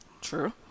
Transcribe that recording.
True